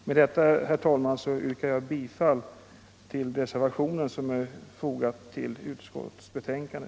Med detta, herr talman, yrkar jag bifall till reservationen som är fogad till utskottets betänkande.